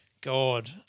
God